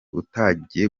utangiye